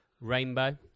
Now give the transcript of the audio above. Rainbow